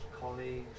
colleagues